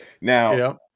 Now –